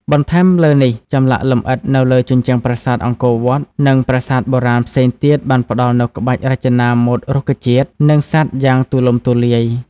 បន្ថែមលើនេះ ចម្លាក់លម្អិតនៅលើជញ្ជាំងប្រាសាទអង្គរវត្ត និងប្រាសាទបុរាណផ្សេងទៀតបានផ្តល់នូវក្បាច់រចនាម៉ូដរុក្ខជាតិ និងសត្វយ៉ាងទូលំទូលាយ។